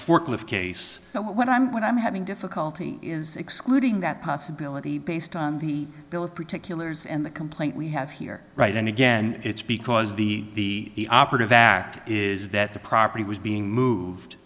forklift case but what i'm what i'm having difficulty is excluding that possibility based on the bill of particulars and the complaint we have here right and again it's because the operative that is that the property was being moved